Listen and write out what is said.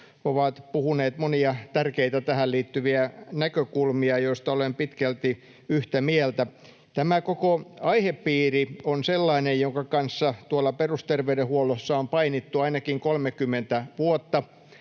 ovat puhuneet monia tärkeitä tähän liittyviä näkökulmia, joista olen pitkälti yhtä mieltä. Tämä koko aihepiiri on sellainen, jonka kanssa tuolla perusterveydenhuollossa on painittu ainakin 30 vuotta.